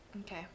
Okay